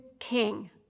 king